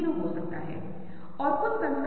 क्या छतरियों के अलावा वहां कुछ और भी था